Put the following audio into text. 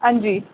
हां जी